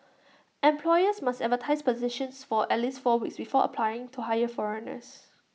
employers must advertise positions for at least four weeks before applying to hire foreigners